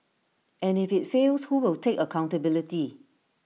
and if IT fails who will take accountability